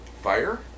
Fire